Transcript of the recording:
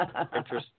Interesting